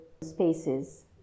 spaces